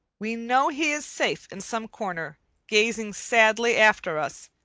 we know he is safe in some corner gazing sadly after us,